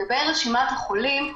לגבי רשימת החולים.